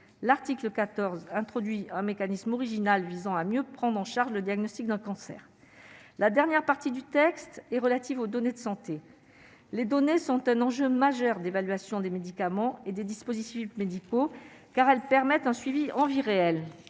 l'article 14 introduit un mécanisme original visant à mieux prendre en charge le diagnostic d'un cancer, la dernière partie du texte est relative aux données de santé, les données sont un enjeu majeur d'évaluation des médicaments et des dispositifs médicaux car elle permettent un suivi en vie réelle